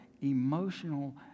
emotional